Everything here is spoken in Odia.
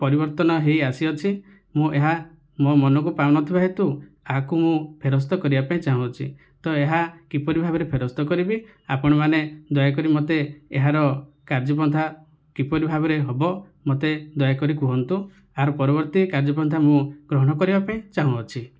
ପରିବର୍ତ୍ତନ ହୋଇଆସିଅଛି ମୁଁ ଏହା ମୋ ମନକୁ ପାଉନଥିବା ହେତୁ ଆକୁ ମୁଁ ଫେରସ୍ତ କରିବାକୁ ଚାହୁଁଅଛି ତ ଏହା କିପରି ଭାବରେ ଫେରସ୍ତ କରିବି ଆପଣମାନେ ଦୟାକରି ମୋତେ ଏହାର କାର୍ଯ୍ୟପନ୍ଥା କିପରି ଭାବରେ ହେବ ମୋତେ ଦୟାକରି କୁହନ୍ତୁ ଏହାର ପରବର୍ତ୍ତୀ କାଯ୍ୟପନ୍ଥା ମୁଁ ଗ୍ରହଣ କରିବା ପାଇଁ ଚାହୁଁଅଛି